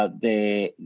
ah they,